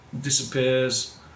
disappears